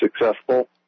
successful